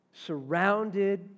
Surrounded